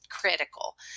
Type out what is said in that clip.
critical